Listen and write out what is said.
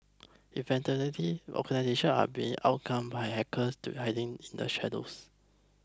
evidently the organisations are being outgunned by hackers to hiding in the shadows